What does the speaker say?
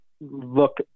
look